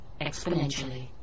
exponentially